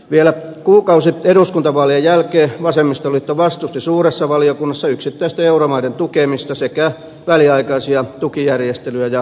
vielä kuukausi eduskuntavaalien jälkeen vasemmistoliitto vastusti suuressa valiokunnassa yksittäisten euromaiden tukemista sekä väliaikaisia tukijärjestelyjä ja pysyvää vakausmekanismia